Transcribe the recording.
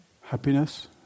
happiness